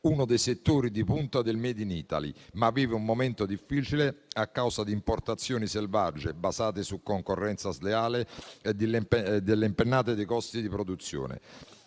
uno dei settori di punta del *made in Italy*, ma vive un momento difficile a causa di importazioni selvagge basate su concorrenza sleale e delle impennate dei costi di produzione.